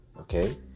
Okay